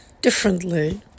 differently